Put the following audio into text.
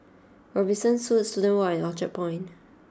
Robinson Suites Student Walk and Orchard Point